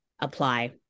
apply